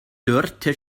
dörte